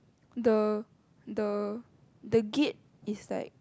the the the gate is like